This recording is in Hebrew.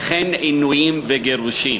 וכן עינויים וגירושים.